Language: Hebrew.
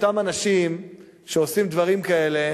אותם אנשים שעושים דברים כאלה,